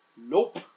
Nope